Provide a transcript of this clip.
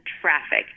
traffic